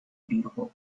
beautiful